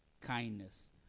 kindness